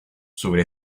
sobre